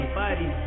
buddy